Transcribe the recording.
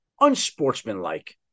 unsportsmanlike